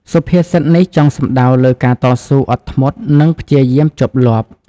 សុភាសិតនេះចង់សំដៅលើការតស៊ូ អត់ធ្មត់ និងព្យាយាមជាប់លាប់។